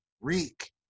Reek